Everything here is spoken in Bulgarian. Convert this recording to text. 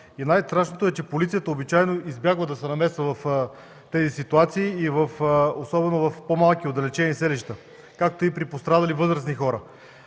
И най-страшно е, че полицията обичайно избягва да се намесва в тези ситуации, особено в по-малки и отдалечени селища, както и при пострадали възрастни хора.